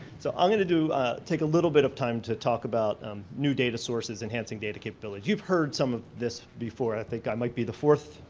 so i'm going to take a little bit of time to talk about new data sources enhancing data capability you've heard some of this before i think i might be the fourth